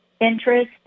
interest